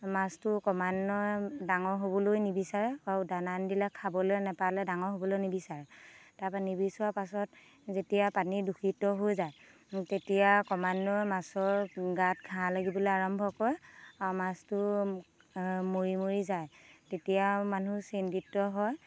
মাছটো ক্ৰমান্বয়ে ডাঙৰ হ'বলৈ নিবিচাৰে আৰু দানা নিদিলে খাবলৈ নাপালে ডাঙৰ হ'বলৈ নিবিচাৰে তাৰ পৰা নিবিচৰাৰ পাছত যেতিয়া পানী দূষিত হৈ যায় তেতিয়া ক্ৰমান্বয়ে মাছৰ গাত ঘাঁ লাগিবলৈ আৰম্ভ কৰে আৰু মাছটো মৰি মৰি যায় তেতিয়া মানুহ চিন্তিত হয়